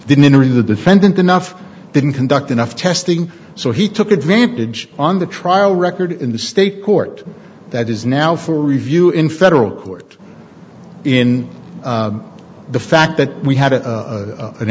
didn't interview the defendant enough didn't conduct enough testing so he took advantage on the trial record in the state court that is now for review in federal court in the fact that we had a